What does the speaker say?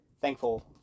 thankful